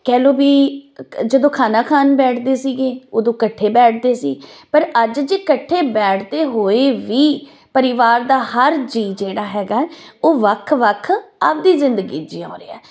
ਕਹਿ ਲਓ ਵੀ ਜਦੋਂ ਖਾਣਾ ਖਾਣ ਬੈਠਦੇ ਸੀਗੇ ਉਦੋਂ ਇਕੱਠੇ ਬੈਠਦੇ ਸੀ ਪਰ ਅੱਜ ਜੇ ਇਕੱਠੇ ਬੈਠਦੇ ਹੋਏ ਵੀ ਪਰਿਵਾਰ ਦਾ ਹਰ ਜੀਅ ਜਿਹੜਾ ਹੈਗਾ ਉਹ ਵੱਖ ਵੱਖ ਆਪਦੀ ਜ਼ਿੰਦਗੀ ਜਿਉਂ ਰਿਹਾ